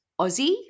Aussie